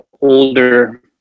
older